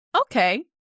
Okay